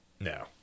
No